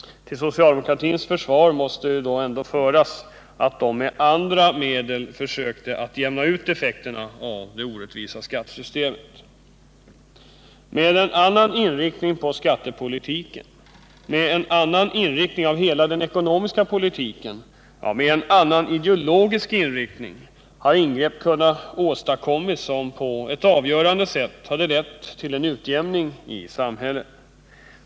Till socialdemokratins försvar måste ändå anföras att de med andra medel försökte att jämna ut effekterna av det orättvisa skattesystemet. Med en annan inriktning av skattepolitiken, med en annan inriktning av hela den ekonomiska politiken, med en annan ideologisk inriktning hade ingrepp kunnat åstadkommas som på ett avgörande sätt hade lett till en utjämning i samhället.